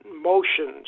motions